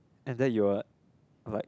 right